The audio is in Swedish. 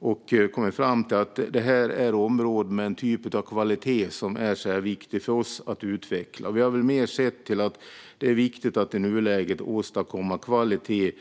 Vi har kommit fram till att det är områden med en typ av kvalitet som är viktig för oss att utveckla. Vi har mer sett till att det är viktigt att i nuläget åstadkomma kvalitet